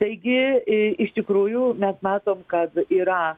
taigi i iš tikrųjų mes matom kad yra